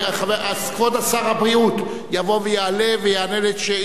כבוד שר הבריאות יבוא ויעלה ויענה על שאילתא